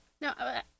No